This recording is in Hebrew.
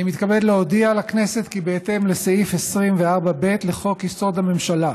אני מתכבד להודיע לכנסת כי בהתאם לסעיף 24(ב) לחוק-יסוד: הממשלה,